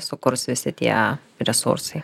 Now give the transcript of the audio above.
sukurs visi tie resursai